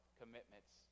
commitments